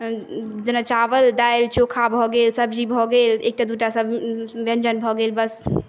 जेना चावल दालि चोखा भऽ गेल सब्जी भऽ गेल एक टा दू टा व्यञ्जन भऽ गेल बस